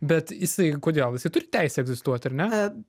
bet jisai kodėl jisai turi teisę egzistuot ar ne